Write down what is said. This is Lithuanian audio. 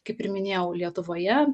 kaip ir minėjau lietuvoje